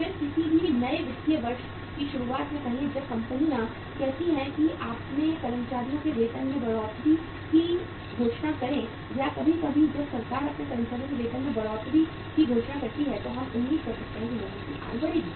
फिर किसी भी नए वित्तीय वर्ष की शुरुआत में कहें जब कंपनियां कहती हैं कि अपने कर्मचारियों के वेतन में बढ़ोतरी की घोषणा करें या कभी कभी जब सरकार अपने ही कर्मचारियों के वेतन में बढ़ोतरी की घोषणा करती है तो हम उम्मीद कर सकते हैं कि लोगों की आय बढ़ जाएगी